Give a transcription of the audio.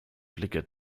blicke